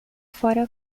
fora